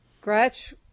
Gretch